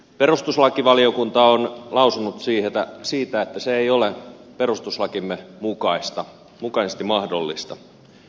perustuslakivaliokunta on lausunut siitä että se ei ole perustuslakimme mukaisesti mahdollista